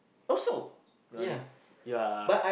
also what you're ya